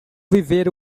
viver